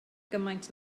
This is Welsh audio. gymaint